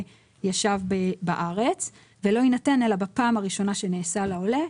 ישב בארץ ולא יינתן אלא בפעם הראשונה שנעשה לעולה.